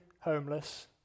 homeless